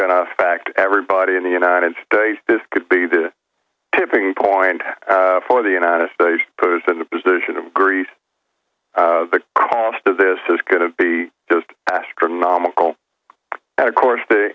going to affect everybody in the united states this could be the tipping point for the united states post in the position of greece the cost of this is going to be just astronomical and of course the